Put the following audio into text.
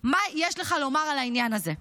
מה יש לך לומר על העניין הזה?